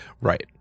right